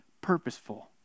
purposeful